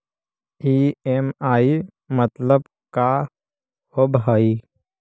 EMI मतलब का होब हइ?